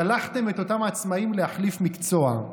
שלחתם את אותם העצמאים להחליף מקצוע.